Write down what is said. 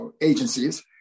agencies